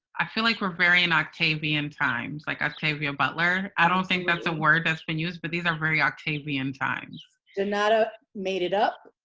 i feel like we're very in octavian times, like octavia butler? i don't think that's a word that's been used. but these are very actually octavian times. junauda made it up,